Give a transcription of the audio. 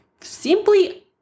Simply